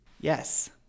Yes